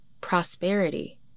prosperity